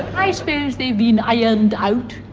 i suppose they've been ironed out.